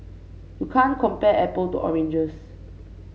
you can't compare apples to oranges